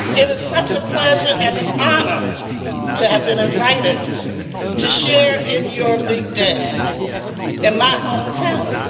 it is such a pleasure and an honor to have been invited to share in your big day in my hometown.